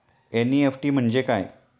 NEFT म्हणजे काय?